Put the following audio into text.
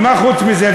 ומה חוץ מזה?